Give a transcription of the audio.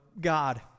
God